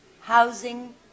housing